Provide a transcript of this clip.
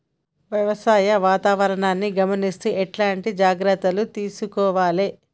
వ్యవసాయ వాతావరణాన్ని గమనిస్తూ ఎట్లాంటి జాగ్రత్తలు తీసుకోవాలే?